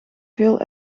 veel